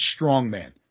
strongman